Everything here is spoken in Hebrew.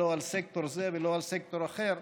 לא על סקטור זה ולא על סקטור אחר,